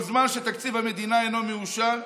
כל זמן שתקציב המדינה אינו מאושר,